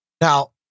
Now